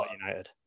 United